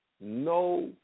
no